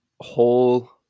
whole